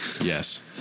Yes